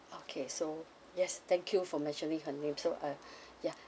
okay so yes thank you for mentioning her name so uh ya